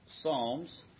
psalms